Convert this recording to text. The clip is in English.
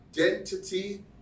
identity